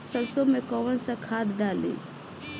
सरसो में कवन सा खाद डाली?